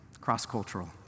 cross-cultural